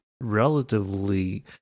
relatively